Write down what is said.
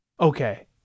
Okay